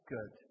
Good